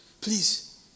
Please